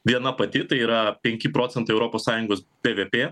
viena pati tai yra penki procentai europos sąjungos bvp